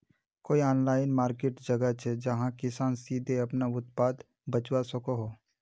कोई online market जगह छे जहाँ किसान सीधे अपना उत्पाद बचवा सको हो?